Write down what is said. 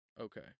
Okay